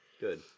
Good